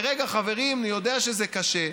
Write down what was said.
ורגע, חברים, אני יודע שזה קשה.